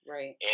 Right